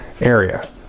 area